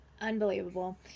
unbelievable